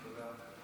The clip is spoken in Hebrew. תודה.